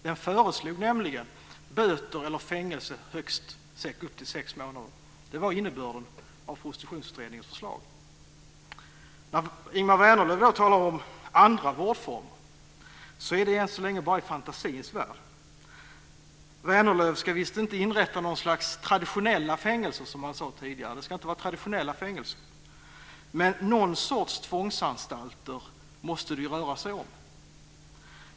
Den föreslog nämligen böter eller fängelse i upp till sex månader. Det var innebörden av När Ingemar Vänerlöv talar om andra vårdformer är det än så länge bara i fantasins värld. Vänerlöv ska visst inte inrätta något slags traditionella fängelser, som han sade tidigare. Det ska inte vara traditionella fängelser, men någon sorts tvångsanstalter måste det ju röra sig om.